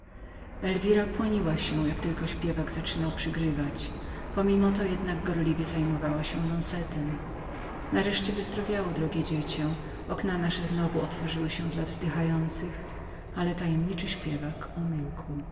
elwira płoniła się jak tylko śpiewak zaczynał przygrywać pomimo to jednak gorliwie zajmowała się lonzetem nareszcie wyzdrowiało drogie dziecię okna nasze znowu otworzyły się dla wzdychających ale tajemniczy śpiewak umilkł